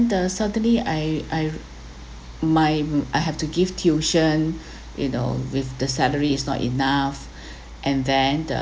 the certainly I I my I have to give tuition you know with the salary is not enough and then the